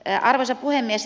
arvoisa puhemies